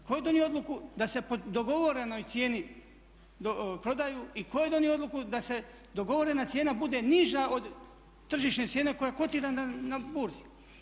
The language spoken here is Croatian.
Tko je donio odluku da se po dogovorenoj cijeni prodaju i tko je donio odluku da se dogovorena cijena bude niža od tržišne cijene koja kotira na burzi?